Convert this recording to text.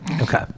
Okay